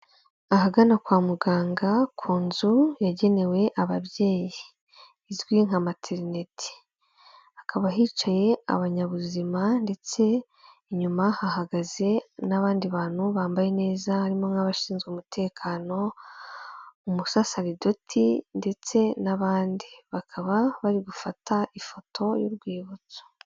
Ahagana kwa muganga ku nzu yagenewe ababyeyi izwi nka materinete, hakaba hicaye abanyabuzima ndetse inyuma hahagaze n'abandi bantu bambaye neza, harimo nk'abashinzwe umutekano, umusaseredoti ndetse n'abandi bakaba bari gufata ifoto y'urwibutso.